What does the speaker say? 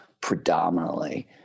predominantly